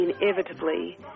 inevitably